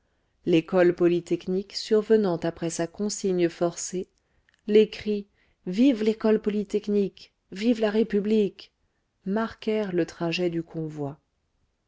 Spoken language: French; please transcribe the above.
l'école polytechnique survenant après sa consigne forcée les cris vive l'école polytechnique vive la république marquèrent le trajet du convoi